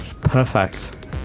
Perfect